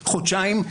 חודשיים,